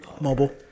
Mobile